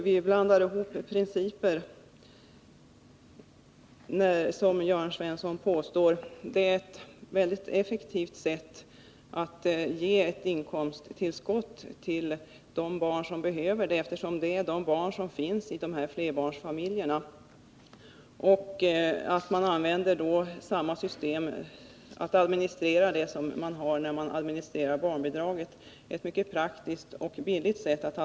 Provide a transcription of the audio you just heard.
Vi blandar ihop principer, påstår Jörn Svensson, men detta är ett väldigt effektivt sätt att ge ett inkomsttillskott till de barn som behöver det, dvs. de barn som finns i flerbarnsfamiljerna. Att använda samma system att administrera dessa inkomsttillskott som man använder för att administrera barnbidraget är både praktiskt och billigt.